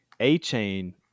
A-chain